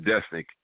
destiny